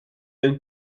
een